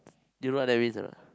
do you what that means a not